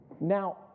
Now